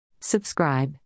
Subscribe